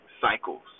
cycles